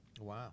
Wow